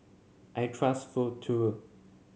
I trust Futuro